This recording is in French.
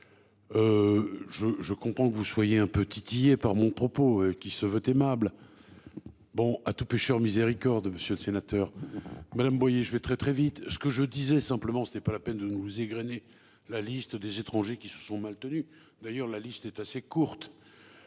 je comprends que vous soyez un peu titillés par mon propos qui se veut aimable. Bon à tout pêcheur miséricorde, Monsieur le Sénateur, Madame Boyer. Je vais très très vite. Ce que je disais simplement c'était pas la peine de nous égrener la liste des étrangers qui se sont mal tenus d'ailleurs la liste est assez courte.